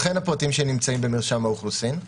אכן הפרטים שלי נמצאים במרשם האוכלוסין,